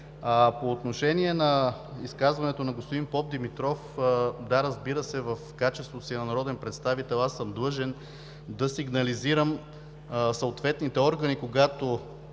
По отношение на изказването на господин Попдимитров – да, разбира се, в качеството си на народен представител аз съм длъжен да сигнализирам съответните органи, когато